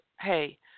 hey